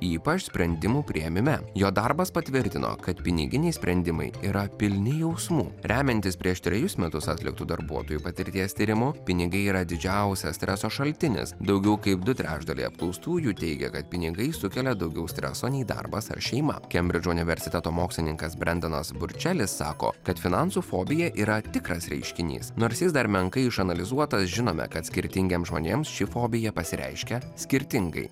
ypač sprendimų priėmime jo darbas patvirtino kad piniginiai sprendimai yra pilni jausmų remiantis prieš trejus metus atliktu darbuotojų patirties tyrimu pinigai yra didžiausias streso šaltinis daugiau kaip du trečdaliai apklaustųjų teigia kad pinigai sukelia daugiau streso nei darbas ar šeima kembridžo universiteto mokslininkas brendanas burčelis sako kad finansų fobija yra tikras reiškinys nors jis dar menkai išanalizuotas žinome kad skirtingiems žmonėms ši fobija pasireiškia skirtingai